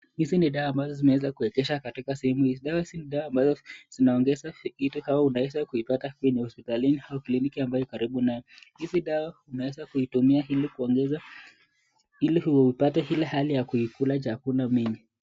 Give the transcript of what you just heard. Hizi ni dawa ambazo zimeweza kuwekesha katika sehemu hizi. Dawa hizi ambazo zinaongeza hivi, au unaweza kuipata kwenye hospitalini, au kliniki ambayo iko karibu naye. Hizi dawa unaweza kuzitumia ili kuongeza ili upate ile hali ya kuikula chakula.